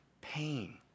pain